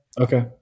Okay